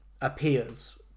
appears